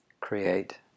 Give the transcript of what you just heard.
create